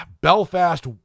Belfast